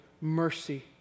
mercy